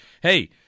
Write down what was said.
hey